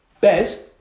Bez